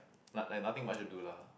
like like nothing much to do lah